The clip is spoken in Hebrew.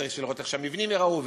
וצריך לראות איך המבנים ייראו,